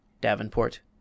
davenport